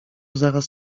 zaraz